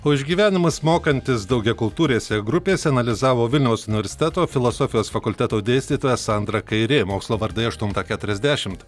o išgyvenimas mokantis daugiakultūrėse grupėse analizavo vilniaus universiteto filosofijos fakulteto dėstytoja sandra kairė mokslo vardai aštuntą keturiasdešimt